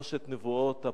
שלוש נבואות הפורענות,